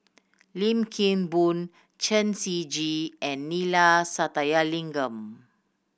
Lim Kim Boon Chen Shiji and Neila Sathyalingam